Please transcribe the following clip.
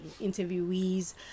interviewees